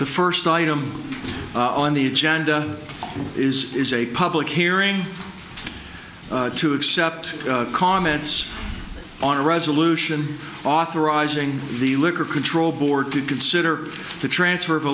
the first item on the agenda is is a public hearing to accept comments on a resolution authorizing the liquor control board to consider the transfer of a